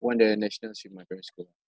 won the national swimming in my primary school